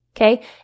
okay